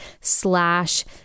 slash